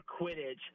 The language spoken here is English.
Quidditch